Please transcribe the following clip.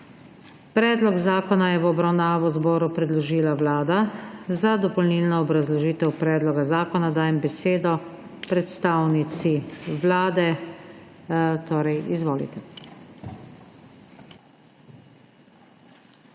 Predlog zakona je v obravnavo zboru predložila Vlada. Za dopolnilno obrazložitev predloga zakona dajem besedo predstavnici Vlade. Izvolite.